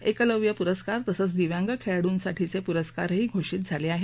एकलव्य पुरस्कार तसंच दिव्यांग खेळाडूसाठीचे पुरस्कारही घोषित झाले आहेत